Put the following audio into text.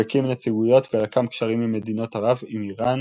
הוא הקים נציגויות ורקם קשרים עם מדינות ערב עם איראן,